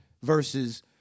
versus